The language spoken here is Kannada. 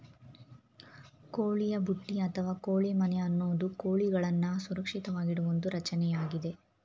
ಕೋಳಿಯ ಬುಟ್ಟಿ ಅಥವಾ ಕೋಳಿ ಮನೆ ಅನ್ನೋದು ಕೋಳಿಗಳನ್ನು ಸುರಕ್ಷಿತವಾಗಿಡುವ ಒಂದು ರಚನೆಯಾಗಿದೆ